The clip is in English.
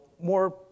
more